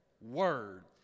Word